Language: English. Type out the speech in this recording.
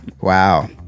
Wow